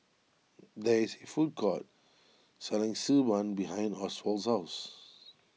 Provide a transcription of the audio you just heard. there is a food court selling Xi Ban behind Oswald's house